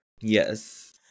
Yes